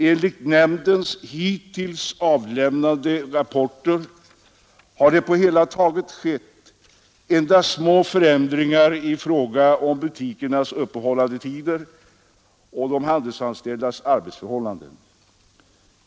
Enligt nämndens hittills avlämnade rapporter har det på det hela taget skett endast små förändringar i fråga om butikernas öppethållandetider och de handelsanställdas arbetsförhållanden.